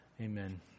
Amen